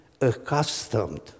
accustomed